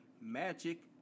Magic